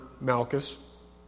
Malchus